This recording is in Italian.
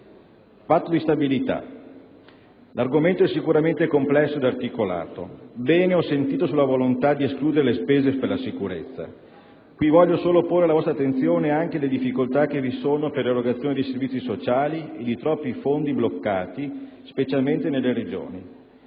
Patto di stabilità è sicuramente un argomento complesso ed articolato; sono d'accordo sulla volontà di escludere le spese per la sicurezza. Qui voglio solo porre alla vostra attenzione le difficoltà esistenti per l'erogazione dei servizi sociali ed i troppi fondi bloccati, specialmente nelle Regioni;